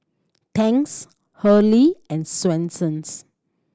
Tangs Hurley and Swensens